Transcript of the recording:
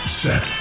set